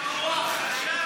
איך המוח חשב על חוקרת המוח?